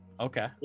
okay